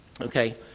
Okay